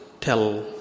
tell